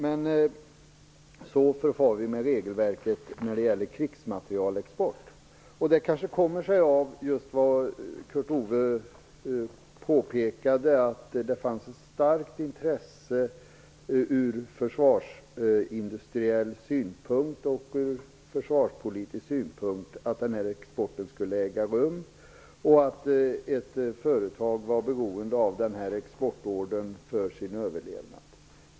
Men så förfar vi med regelverket när det gäller krigsmaterielexport. Det kanske kommer sig av att det, som Kurt Ove Johansson påpekade, fanns ett starkt intresse från försvarsindustriell och försvarspolitisk synpunkt att denna export skulle äga rum och att ett företag var beroende av denna exportorder för sin överlevnad.